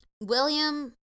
William